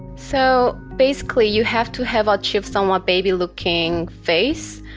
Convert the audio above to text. so, basically you have to have achieve somewhat baby looking face,